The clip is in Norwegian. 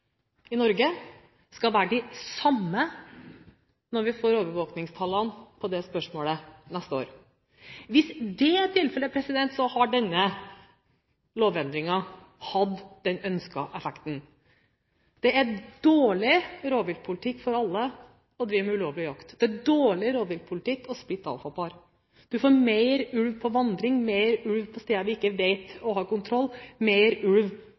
i Norge, er de samme når vi får overvåkningstallene neste år. Hvis det er tilfellet, har denne lovendringen hatt den ønskede effekten. Det er dårlig rovviltpolitikk for alle å drive med ulovlig jakt. Det er dårlig rovviltpolitikk å splitte alfapar. Vi får mer ulv på vandring, mer ulv på steder der vi ikke har kontroll, og mer ulv